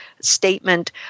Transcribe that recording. statement